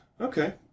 Okay